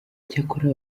icyakora